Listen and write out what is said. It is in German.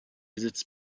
besitz